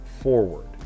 forward